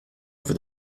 over